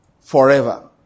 forever